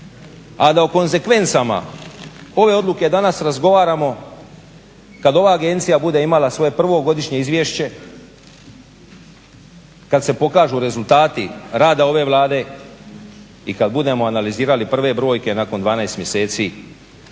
a da o konsekvencama ove odluke danas razgovaramo kada ova agencija bude imala svoje prvo godišnje izvješće, kada se pokažu rezultati rada ove Vlade i kada budemo analizirali prve brojke nakon 12 mjeseci